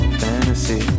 fantasy